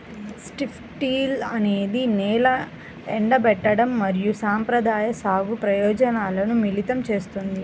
strip till అనేది నేల ఎండబెట్టడం మరియు సంప్రదాయ సాగు ప్రయోజనాలను మిళితం చేస్తుంది